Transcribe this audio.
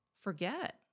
forget